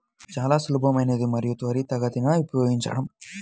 ఇది చాలా సులభమైనది మరియు త్వరితగతిన ఉపయోగించడం